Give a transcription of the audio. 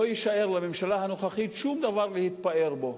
לא יישאר לממשלה הנוכחית שום דבר להתפאר בו.